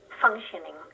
functioning